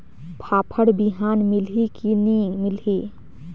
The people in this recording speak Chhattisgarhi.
फाफण बिहान मिलही की नी मिलही?